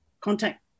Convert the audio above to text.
contact